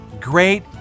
great